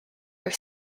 your